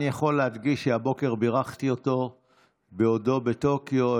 אני יכול להדגיש שהבוקר בירכתי אותו בעודו בטוקיו,